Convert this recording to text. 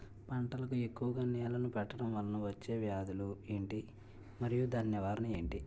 పంటలకు ఎక్కువుగా నీళ్లను పెట్టడం వలన వచ్చే వ్యాధులు ఏంటి? మరియు దాని నివారణ ఏంటి?